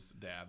dad